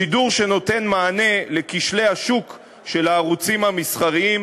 שידור שנותן מענה לכשלי השוק של הערוצים המסחריים,